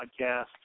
podcast